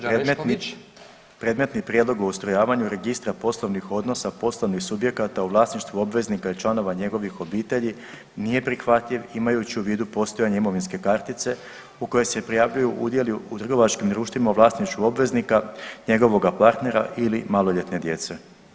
Predmetni prijedlog o ustrojavanju registra poslovnih odnosa, poslovnih subjekata u vlasništvu obveznika i članova njegovih obitelji nije prihvatljiv imajući u vidu postojanje imovinske kartice u kojoj se prijavljuju udjeli u trgovačkim društvima u vlasništvu obveznika, njegovoga partnera ili maloljetne djece.